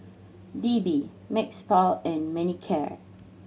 D B Mepilex and Manicare